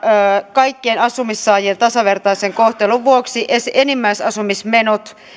kaikkien asumistuen saajien tasavertaisen kohtelun vuoksi enimmäisasumismenot